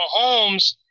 Mahomes